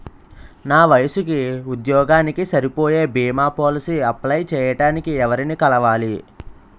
నా వయసుకి, ఉద్యోగానికి సరిపోయే భీమా పోలసీ అప్లయ్ చేయటానికి ఎవరిని కలవాలి?